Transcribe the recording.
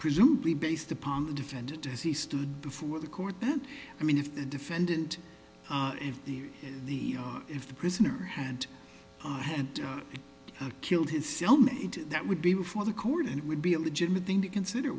presumably based upon the defendant as he stood before the court then i mean if the defendant if the if the prisoner hand on hand or killed his cellmate that would be before the court and it would be a legitimate thing to consider